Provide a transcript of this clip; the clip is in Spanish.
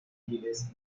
caribes